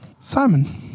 Simon